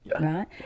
right